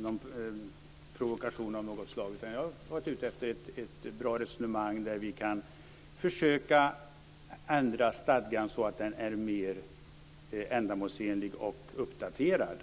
någon provokation av något slag. Jag har varit ute efter ett bra resonemang, så att vi kan försöka ändra stadgan så att den blir mer ändamålsenlig och uppdaterad.